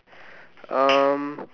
um